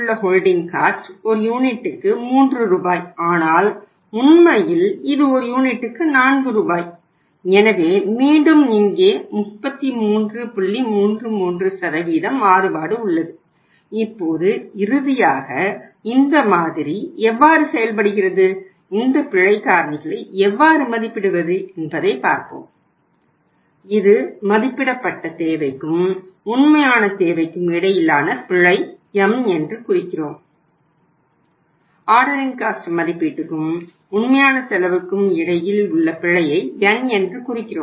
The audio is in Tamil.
ஹோல்டிங் காஸ்ட்டும் மதிப்பீட்டுக்கும் உண்மையான செலவுக்கும் இடையில் உள்ள பிழையை n என்று குறிக்கிறோம்